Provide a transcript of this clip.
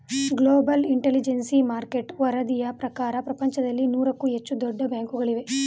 global intelligence market ವರದಿಯ ಪ್ರಕಾರ ಪ್ರಪಂಚದಲ್ಲಿ ನೂರಕ್ಕೂ ಹೆಚ್ಚು ದೊಡ್ಡ ಬ್ಯಾಂಕುಗಳಿವೆ